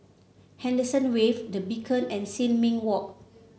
Henderson Wave The Beacon and Sin Ming Walk